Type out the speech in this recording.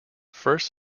first